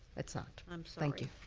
it's not. um thank you.